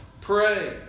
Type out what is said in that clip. Pray